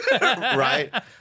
Right